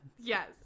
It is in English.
Yes